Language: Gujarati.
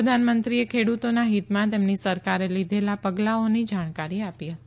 પ્રધાનમંત્રીએ ખેડૂતોના હિતમાં તેમની સરકારે લીધેલાં પગલાંઓની જાણકારી આપી હતી